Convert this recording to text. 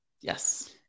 Yes